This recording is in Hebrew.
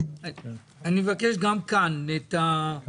אני מבקש גם כאן לתת